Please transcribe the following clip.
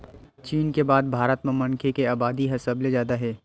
चीन के बाद भारत म मनखे के अबादी ह सबले जादा हे